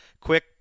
Quick